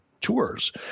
tours